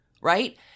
right